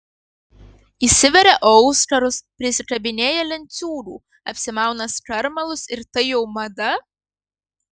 įsiveria auskarus prisikabinėja lenciūgų apsimauna skarmalus ir tai jau mada